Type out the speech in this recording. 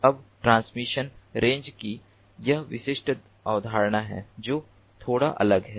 अब transmission range की यह विशिष्ट अवधारणा है जो थोड़ा अलग है